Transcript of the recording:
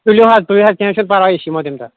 تُلِو حَظ تُلِو حَظ کینٛہہ چھُنہٕ پَرواے أسۍ یِمو تَمہِ دۄہ